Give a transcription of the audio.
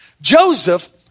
Joseph